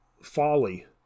folly